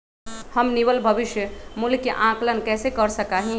हम निवल भविष्य मूल्य के आंकलन कैसे कर सका ही?